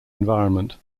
environment